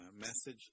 message